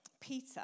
Peter